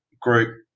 group